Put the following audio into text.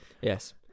Yes